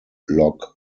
log